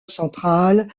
central